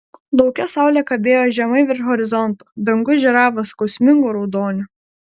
lauke saulė kabėjo žemai virš horizonto dangus žėravo skausmingu raudoniu